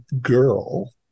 girl